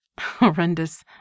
horrendous